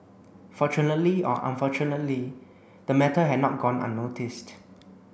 fortunately or unfortunately the matter had not gone unnoticed